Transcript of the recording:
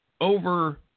over